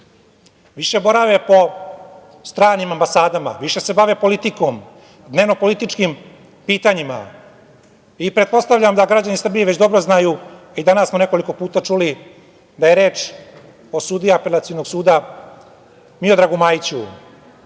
više borave po stranim ambasadama, više se bave politikom, dnevnopolitičkim pitanjima. Pretpostavljam da građani Srbije već dobro znaju i danas smo nekoliko puta čuli da je reč o sudiji Apelacionog suda Miodragu Majiću.